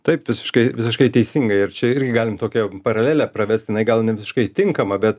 taip visiškai visiškai teisingai ir čia irgi galim tokią paralelę pravest jinai gal nevisiškai tinkama bet